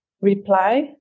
reply